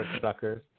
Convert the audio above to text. suckers